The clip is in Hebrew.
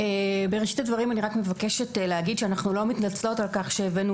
אני מבקשת להגיד שאנחנו לא מתנצלות על כך שהבאנו